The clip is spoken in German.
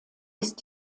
ist